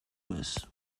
mes